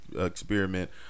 experiment